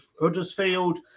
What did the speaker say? huddersfield